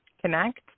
connect